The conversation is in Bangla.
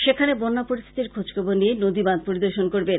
সেখানে বন্যা পরিস্থিতির খোঁজখবর নিয়ে নদীবাঁধ পরিদর্শন করবেন